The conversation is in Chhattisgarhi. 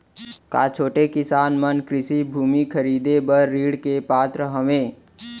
का छोटे किसान मन कृषि भूमि खरीदे बर ऋण के पात्र हवे?